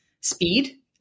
speed